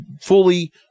fully